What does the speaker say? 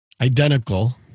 identical